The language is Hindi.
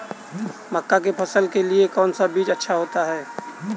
मक्का की फसल के लिए कौन सा बीज अच्छा होता है?